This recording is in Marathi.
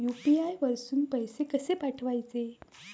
यू.पी.आय वरसून पैसे कसे पाठवचे?